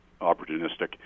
opportunistic